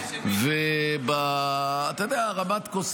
כנס